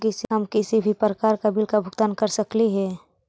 हम किसी भी प्रकार का बिल का भुगतान कर सकली हे?